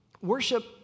Worship